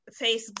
Facebook